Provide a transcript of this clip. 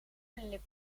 verliep